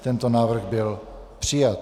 Tento návrh byl přijat.